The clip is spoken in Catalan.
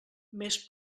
més